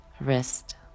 wrist